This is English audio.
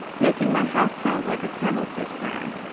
making my house sound like a kennel says karin.